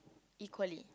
equally